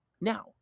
Now